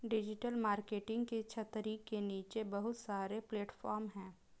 digital marketing की छतरी के नीचे बहुत सारे प्लेटफॉर्म हैं